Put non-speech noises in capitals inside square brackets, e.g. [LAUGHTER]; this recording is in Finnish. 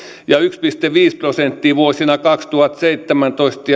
ja yksi pilkku viisi prosenttia vuosina kaksituhattaseitsemäntoista [UNINTELLIGIBLE]